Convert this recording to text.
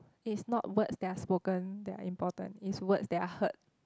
it's not words that are spoken that are important it's words that are heard